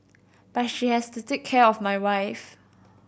but she has to take care of my wife